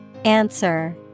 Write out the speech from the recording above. Answer